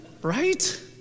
right